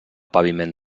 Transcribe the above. paviment